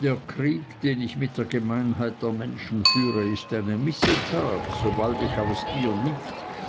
der krieg den ich mit der gemeinheit der menschen führe ist eine missetat sobald ich aus ihr nicht